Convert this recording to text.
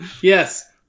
Yes